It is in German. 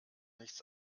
nichts